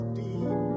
deep